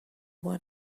want